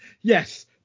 Yes